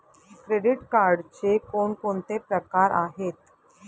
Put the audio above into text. Credit कार्डचे कोणकोणते प्रकार आहेत?